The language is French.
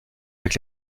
avec